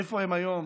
איפה הם היום